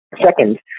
Second